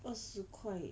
二十块